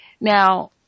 now